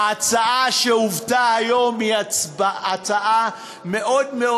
ההצעה שהובאה היום היא הצעה רכה מאוד מאוד.